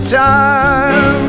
time